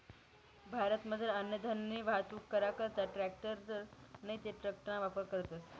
भारतमझार अन्नधान्यनी वाहतूक करा करता ट्रॅकटर नैते ट्रकना वापर करतस